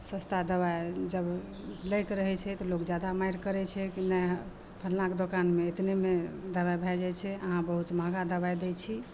सस्ता दबाइ जब लैके रहै छै तऽ लोक जादा मारि करै छै कि नहि फल्लाँके दोकानमे एतनेमे दबाइ भए जाइ छै अहाँ बहुत महगा दबाइ दै छी